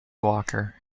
walker